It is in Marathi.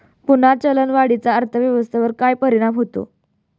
पुन्हा चलनवाढीचा अर्थव्यवस्थेवर काय परिणाम होतो